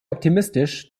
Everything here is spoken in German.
optimistisch